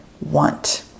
want